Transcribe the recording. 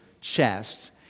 chest